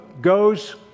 goes